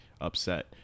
upset